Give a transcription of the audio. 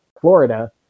Florida